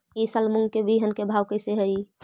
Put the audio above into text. ई साल मूंग के बिहन के भाव कैसे हई?